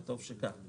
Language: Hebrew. וטוב שכך.